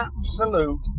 absolute